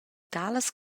talas